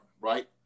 right